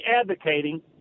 advocating